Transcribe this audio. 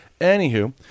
Anywho